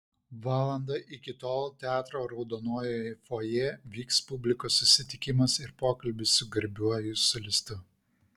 valandą iki tol teatro raudonojoje fojė vyks publikos susitikimas ir pokalbis su garbiuoju solistu